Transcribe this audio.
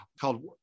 called